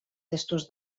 testos